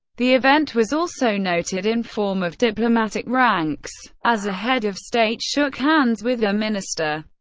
the event was also noted in form of diplomatic ranks, as a head of state shook hands with a minister.